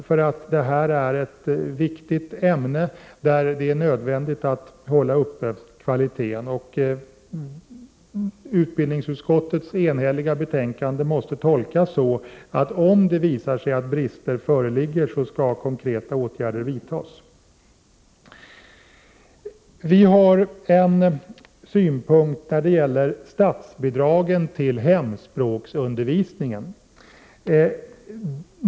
Religionskunskapen är ett viktigt ämne, där det är nödvändigt att hålla kvaliteten uppe. Utbildningsutskottets enhälliga betänkande måste tolkas så att konkreta åtgärder skall vidtas, om det visar sig att brister föreligger. Vi har också en synpunkt när det gäller statsbidraget till hemspråksundervisning.